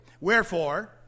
Wherefore